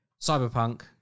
Cyberpunk